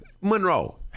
Monroe